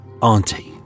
Auntie